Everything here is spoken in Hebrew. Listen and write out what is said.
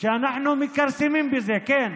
שאנחנו מכרסמים בזה, כן.